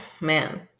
man